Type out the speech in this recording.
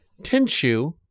Tenshu